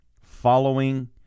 following